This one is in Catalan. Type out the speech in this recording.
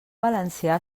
valencià